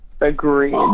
Agreed